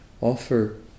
offer